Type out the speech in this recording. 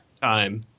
time